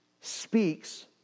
speaks